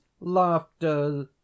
laughter